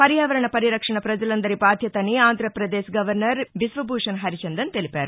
పర్యావరణ పరిరక్షణ పజలందరి బాధ్యతని ఆంధ్రపదేశ్ గవర్నర్ బీశ్వభూషణ్ హరిచందన్ తెలిపారు